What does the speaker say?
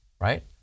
right